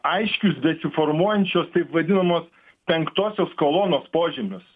aiškius besiformuojančios taip vadinamos penktosios kolonos požymius